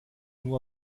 nur